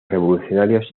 revolucionarios